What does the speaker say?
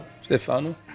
Stefano